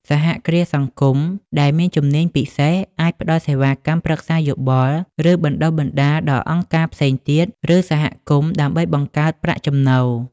សហគ្រាសសង្គមដែលមានជំនាញពិសេសអាចផ្តល់សេវាកម្មប្រឹក្សាយោបល់ ឬបណ្តុះបណ្តាលដល់អង្គការផ្សេងទៀត ឬសហគមន៍ ដើម្បីបង្កើតប្រាក់ចំណូល។